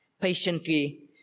patiently